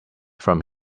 from